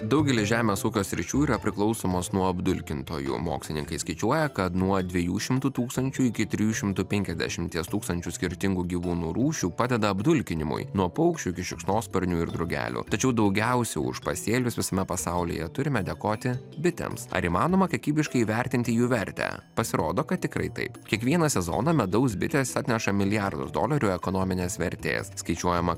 daugelis žemės ūkio sričių yra priklausomos nuo apdulkintojų mokslininkai skaičiuoja kad nuo dviejų šimtų tūkstančių iki trijų šimtų penkiasdešimties tūkstančių skirtingų gyvūnų rūšių padeda apdulkinimui nuo paukščių šikšnosparnių ir drugelių tačiau daugiausia už pasėlius visame pasaulyje turime dėkoti bitėms ar įmanoma kiekybiškai įvertinti jų vertę pasirodo kad tikrai taip kiekvieną sezoną medaus bitės atneša milijardus dolerių ekonominės vertės skaičiuojama